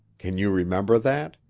can you remember that?